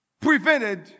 prevented